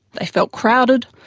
they felt crowded.